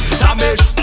damage